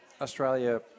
Australia –